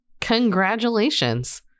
Congratulations